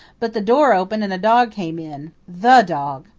but the door opened and a dog came in the dog.